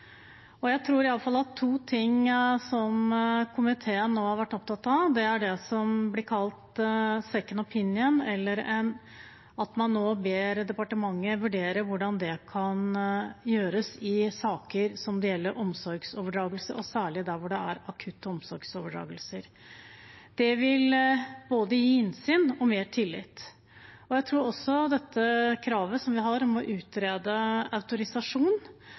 Jeg tror iallfall at det er to ting komiteen nå har vært opptatt av som vil gi både innsyn og mer tillit. Det gjelder det som blir kalt second opinion, eller at man nå ber departementet vurdere hvordan det kan gjøres i saker som gjelder omsorgsovertakelse, og særlig der hvor det er akutte omsorgsovertakelser. Jeg tror også det